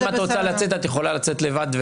אם את רוצה לצאת, את יכולה לצאת לבד.